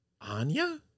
Anya